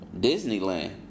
disneyland